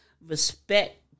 respect